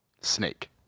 snake